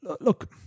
look